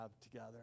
together